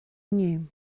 inniu